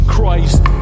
Christ